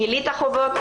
אם מילאת חובות,